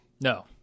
No